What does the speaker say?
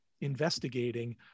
investigating